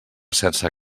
sense